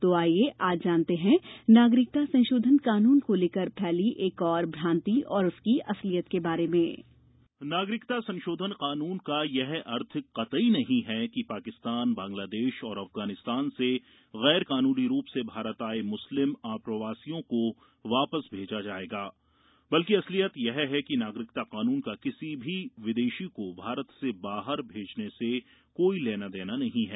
तो आईये आज जानते हैं नागरिकता संशोधन कानून को लेकर फैली एक और भ्रान्ति और उसकी असलियत के बारे में नागरिकता संशोधन कानून का यह अर्थ कतई नहीं है कि पाकिस्तान बांग्लादेश और अफगानिस्तान से गैर कानूनी रूप से भारत आए मुस्लिम अप्रवासियों को वापस भेजा जाएगा बल्कि असलियत यह है कि नागरिकता कानून का किसी भी विदेशी को भारत से बाहर भेजने से कोई लेना देना नहीं है